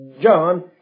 John